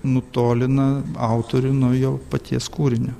nutolina autorių nuo jo paties kūrinio